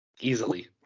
Easily